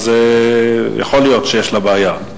אז יכול להיות שיש לה בעיה.